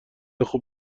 خوب